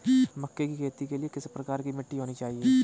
मक्के की खेती के लिए किस प्रकार की मिट्टी होनी चाहिए?